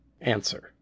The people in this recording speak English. Answer